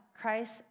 Christ